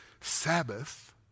Sabbath